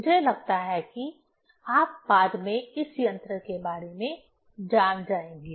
मुझे लगता है कि आप बाद में इस यंत्र के बारे में जान जाएंगे